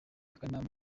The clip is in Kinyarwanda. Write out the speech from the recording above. kanama